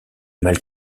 mal